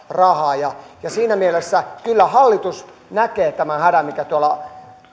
rahaa siinä mielessä kyllä hallitus näkee tämän hädän mikä